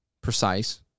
precise